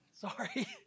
Sorry